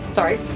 Sorry